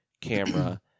camera